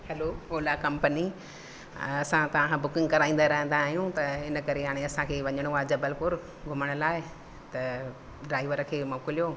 हलो Ola company असां तव्हां खां बुकिंग कराईंदा रहंदा आहियूं त इन करे हाणे असांखे वञिणो आहे जबलपुर घुमण लाइ त ड्राईवर खे मोकिलियो